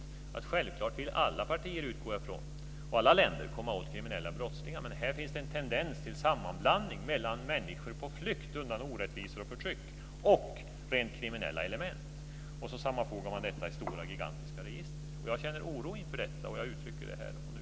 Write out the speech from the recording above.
Jag utgår från att alla partier och alla länder självklart vill komma åt kriminella brottslingar. Men här finns det en tendens till en sammanblandning mellan människor på flykt undan orättvisor och förtryck och rent kriminella element. Man sammanfogar detta i gigantiska register. Jag känner oro inför detta, och jag uttrycker det här och nu.